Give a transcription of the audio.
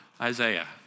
Isaiah